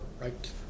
right